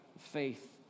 Faith